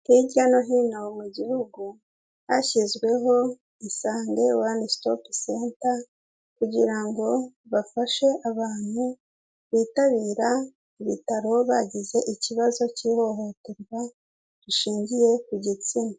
Hirya no hino mu gihugu hashyizweho isange one stop center, kugira ngo bafashe abantu bitabira ibitaro bagize ikibazo cy'ihohoterwa rishingiye ku gitsina.